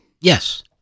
Yes